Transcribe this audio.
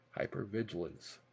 hypervigilance